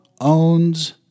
owns